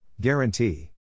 Guarantee